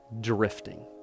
drifting